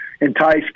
entice